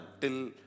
till